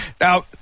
Now